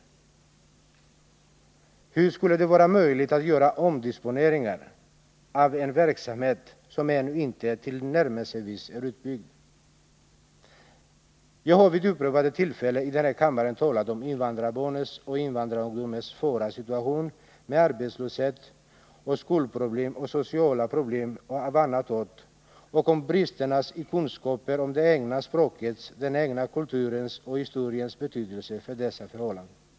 Hur skulle det vara möjligt att göra omdisponeringar av en verksamhet som ännu inte är till närmelsevis utbyggd? Jag har vid upprepade tillfällen i den här kammaren talat om invandrarbarnens och invandrarungdomens svåra situation, med arbetslöshet, skolproblem och sociala problem av annan art, och om vilken betydelse bristerna i kunskaper om det egna språket, om den egna kulturen och historien har för dessa förhållanden.